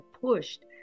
pushed